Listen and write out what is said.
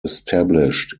established